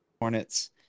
Hornets